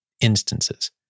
instances